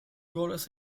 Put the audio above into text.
goles